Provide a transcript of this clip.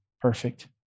perfect